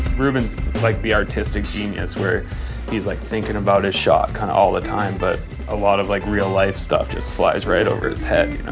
reuben's like the artistic genius where he's like thinking about his shot kind of all the time but a lot of like real-life stuff just flies right over his head.